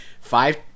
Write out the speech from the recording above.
five